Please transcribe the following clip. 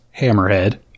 Hammerhead